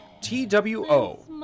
T-W-O